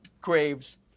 graves